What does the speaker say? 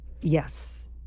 Yes